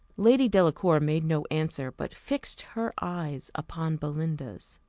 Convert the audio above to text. lady delacour made no answer, but fixed her eyes upon belinda's.